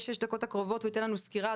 הוא יתן לנו סקירה,